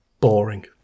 boring